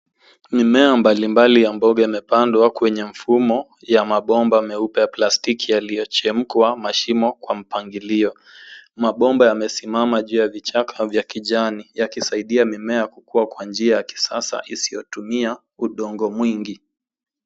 Mimea mbalimbali ya mboga imepandwa kwenye mfumo ya mabomba meupe ya plastiki yaliyochemkwa mashimo kwa mpangilio. Mabomba yamesimama juu ya vichaka ya kijani yakisaidia mimea kukua kwa njia ya kisasa isiyotumia udongo mwingi.